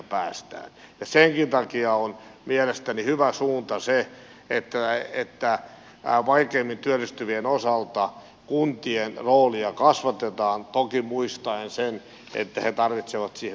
ja senkin takia on mielestäni hyvä suunta se että vaikeimmin työllistyvien osalta kuntien roolia kasvatetaan toki muistaen se että he tarvitsevat siihen myöskin resursseja